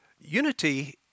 Unity